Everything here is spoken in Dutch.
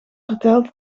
verteld